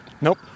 Nope